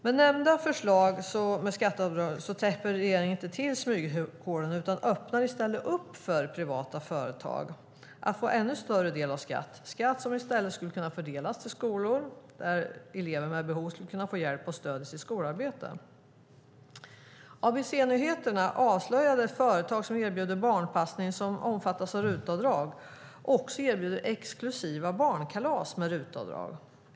Med nämnda förslag till skatteavdrag täpper regeringen inte till smyghålen utan öppnar i stället upp för privata företag att få ännu större del av skatt - skatt som i stället skulle kunna fördelas till skolor där elever med behov av hjälp och stöd i sitt skolarbete skulle kunna få det. ABC-nytt har avslöjat att ett företag som erbjuder barnpassning som omfattas av RUT-avdrag också erbjuder exklusiva barnkalas med RUT-avdrag.